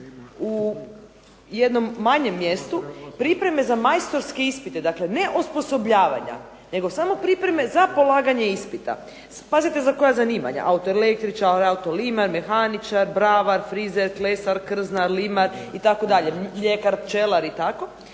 u jednom manjem mjestu pripreme za majstorske ispite, dakle ne osposobljavanja, nego samo pripreme za polaganje ispita, pazite za koja zanimanja autoelektričar, autolimar, mehaničar, bravar, frizer, klesar, krznar, limar, itd., mljekar, pčelar i